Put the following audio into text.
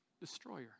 Destroyer